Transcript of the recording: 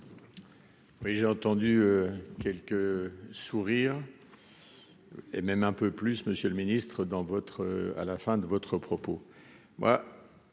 Oui, j'ai entendu quelques sourires et même un peu plus Monsieur le Ministre dans votre à la fin de votre propos,